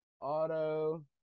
Auto